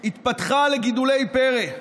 התפתחה לגידולי פרא,